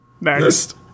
Next